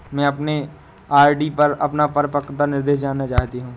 मैं अपने आर.डी पर अपना परिपक्वता निर्देश जानना चाहती हूँ